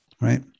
right